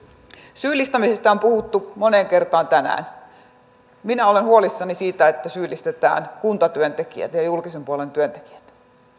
syyllistämisestä on puhuttu moneen kertaan tänään minä olen huolissani siitä että syyllistetään kuntatyöntekijät ja ja julkisen puolen työntekijät